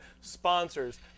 Sponsors